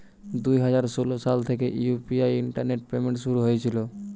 দুই হাজার ষোলো সাল থেকে ইউ.পি.আই ইন্টারনেট পেমেন্ট শুরু হয়েছিল